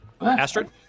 Astrid